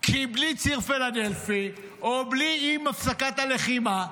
כי בלי ציר פילדלפי, או עם הפסקת הלחימה,